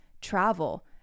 travel